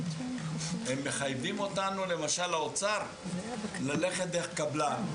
הם מחייבים אותנו באוצר ללכת דרך קבלן,